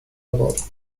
about